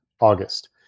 August